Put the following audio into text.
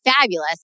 fabulous